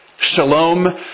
Shalom